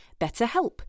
BetterHelp